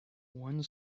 one